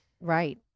Right